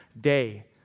day